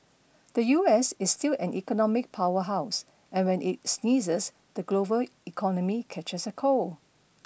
the U S is still an economic power house and when it sneezes the global economy catches a cold